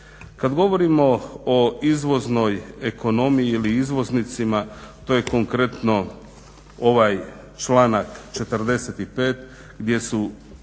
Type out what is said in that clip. Kada govorimo o izvoznoj ekonomiji ili izvoznicima to je konkretno ovaj članak 45 gdje su